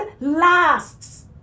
lasts